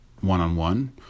one-on-one